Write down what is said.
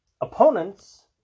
opponents